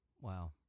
wow